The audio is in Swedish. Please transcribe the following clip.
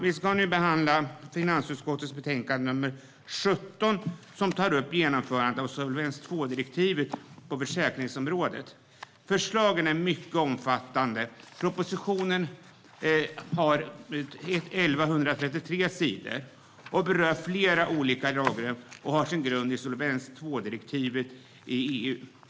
Vi ska nu behandla finansutskottets betänkande nr 7, som tar upp genomförandet av Solvens II-direktivet på försäkringsområdet. Förslagen är mycket omfattande. Propositionen har 1 133 sidor och berör flera olika lagrum. Den har sin grund i Solvens II-direktivet i EU.